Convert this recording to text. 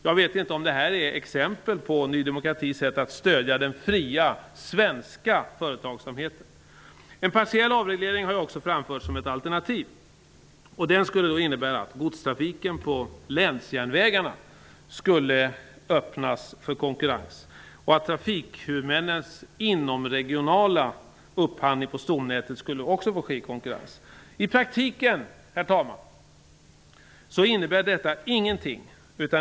Jag vet inte om detta är exempel på Ny demokratis sätt att stödja den fria svenska företagsamheten. En partiell avreglering har framförts som ett alternativ. Den skulle innebära att godstrafiken på länsjärnvägarna skulle öppnas för konkurrens och att trafikhuvudmännens inomregionala upphandling på stomnätet också skulle ske i konkurrens. I praktiken, herr talman, innebär detta ingenting.